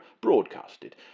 broadcasted